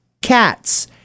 cats